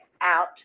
out